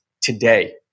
today